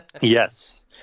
Yes